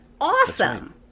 awesome